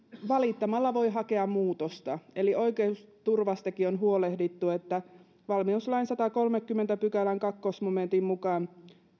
valittamalla voi hakea muutosta eli oikeusturvastakin on huolehdittu valmiuslain sadannenkolmannenkymmenennen pykälän toisen momentin mukaan